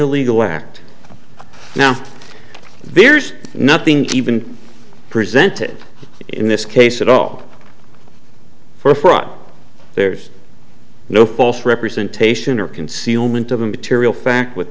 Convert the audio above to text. illegal act now there's nothing even presented in this case it up for fraud there's no false representation or concealment of a material fact with